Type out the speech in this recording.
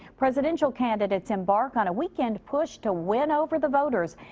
presidential candidates embark on a weekend push to win over the voters.